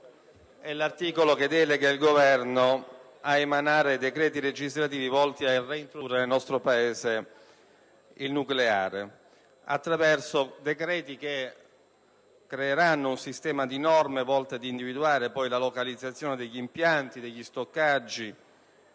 l'articolo 14 delega il Governo ad emanare decreti legislativi volti a reintrodurre nel nostro Paese il nucleare, attraverso decreti che creeranno un sistema di norme per l'individuazione e la localizzazione degli impianti, degli stoccaggi